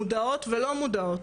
מודעות ולא מודעות,